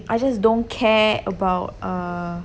I just don't care about err